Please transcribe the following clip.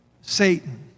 Satan